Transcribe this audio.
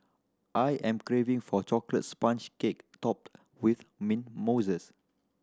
I am craving for chocolate sponge cake topped with mint mousses